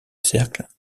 cercle